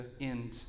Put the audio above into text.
end